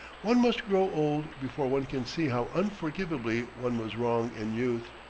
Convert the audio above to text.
one must grow old before one can see how unforgivably one was wrong in youth.